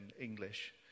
English